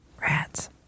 rats